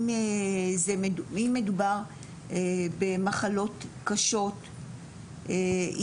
אם מדובר במחלות קשות,